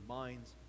minds